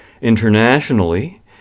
Internationally